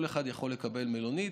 כל אחד יכול לקבל מלונית,